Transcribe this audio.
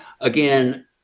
again